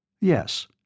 Yes